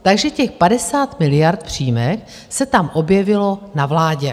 Takže těch 50 miliard v příjmech se tam objevilo na vládě.